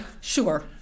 Sure